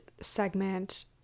segment